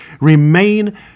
remain